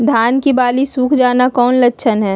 धान की बाली सुख जाना कौन लक्षण हैं?